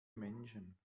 menschen